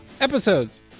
episodes